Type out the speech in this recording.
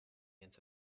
into